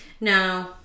No